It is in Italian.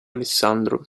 alessandro